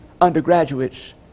undergraduates